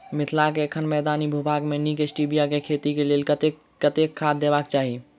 मिथिला एखन मैदानी भूभाग मे नीक स्टीबिया केँ खेती केँ लेल कतेक कतेक खाद देबाक चाहि?